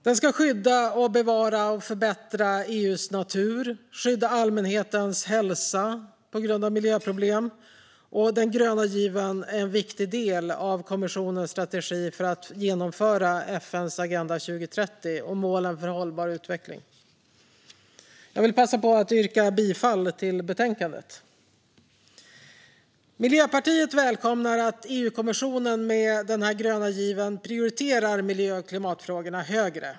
Den gröna given ska också skydda, bevara och förbättra EU:s natur och skydda allmänhetens hälsa från miljöproblem. Den är även en viktig del av kommissionens strategi för att genomföra FN:s Agenda 2030 och målen för hållbar utveckling. Jag yrkar bifall till utskottets förslag. Miljöpartiet välkomnar att EU-kommissionen med denna gröna giv prioriterar miljö och klimatfrågorna högre.